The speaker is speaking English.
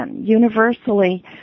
universally